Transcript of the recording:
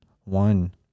One